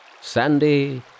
Sandy